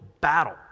battle